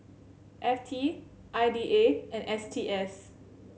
F T I D A and S T S